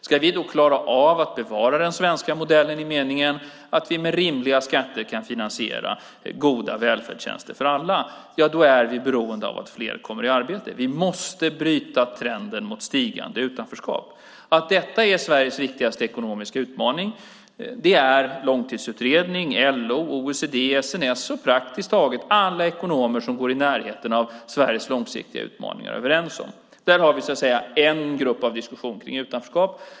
Ska vi klara av att bevara den svenska modellen i den meningen att vi med rimliga skatter kan finansiera goda välfärdstjänster för alla är vi beroende av att fler kommer i arbete. Vi måste bryta trenden mot stigande utanförskap. Att detta är Sveriges viktigaste ekonomiska utmaning är långtidsutredning, LO, OECD, SNS och praktiskt tagit alla ekonomer som går i närheten av Sveriges långsiktiga utmaningar överens om. Där har vi en grupp av diskussion kring utanförskap.